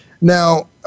Now